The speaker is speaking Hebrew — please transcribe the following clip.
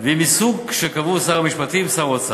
תודה.